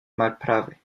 malprave